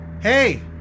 Hey